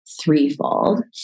threefold